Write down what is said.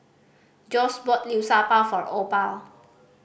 Josh brought Liu Sha Bao for Opal